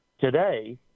today